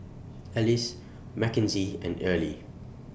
Alys Mackenzie and Earlie